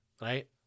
right